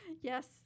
Yes